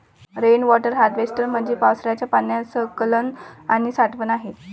rain water harvesting म्हणजे पावसाच्या पाण्याचे संकलन आणि साठवण आहे